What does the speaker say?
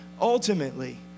ultimately